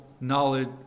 knowledge